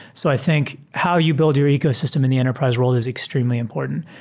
so i think how you build your ecosystem in the enterprise ro le is extremely important.